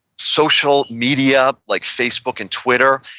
social media, like facebook and twitter,